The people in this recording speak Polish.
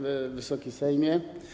Wysoki Sejmie!